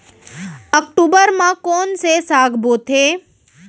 अक्टूबर मा कोन से साग बोथे?